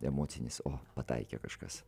emocinis o pataikė kažkas